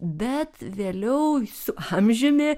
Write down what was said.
bet vėliau su amžiumi